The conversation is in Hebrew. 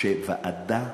שהוקמה ועדה